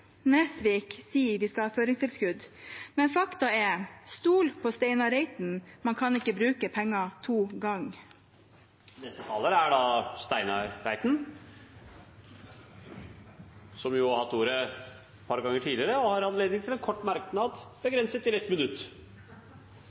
Nesvik sier at vi skal ha føringstilskudd, men fakta er: Stol på Steinar Reiten. Man kan ikke bruke penger to ganger. Representanten Steinar Reiten har hatt ordet to ganger tidligere og får ordet til en kort merknad, begrenset til 1 minutt.